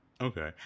okay